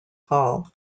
hall